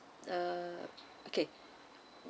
uh okay